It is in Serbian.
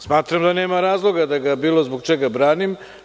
Smatram da nema razloga da ga bilo zbog čega branim.